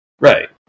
Right